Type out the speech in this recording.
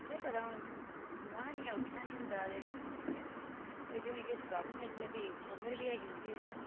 केह् पता हुन बमार हियां उट्ठन नीं होंदा ते होई दी औनी किश प्राब्लम इस्सलै फ्ही उम्र बी ऐ ही उन्दी ते